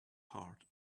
heart